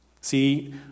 See